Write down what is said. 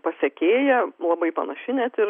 pasekėja labai panaši net ir